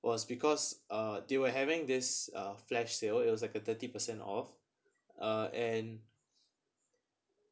was because uh they were having this uh flash sale it was like a thirty percent off uh and